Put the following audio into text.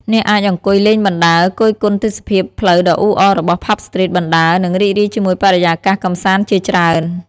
អ្នកអាចអង្គុយលេងបណ្ដើរ គយគន់ទេសភាពផ្លូវដ៏អ៊ូអររបស់ ផាប់ ស្ទ្រីត បណ្ដើរ និងរីករាយជាមួយបរិយាកាសកម្សាន្តជាច្រើន។